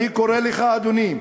אני קורא לך, אדוני,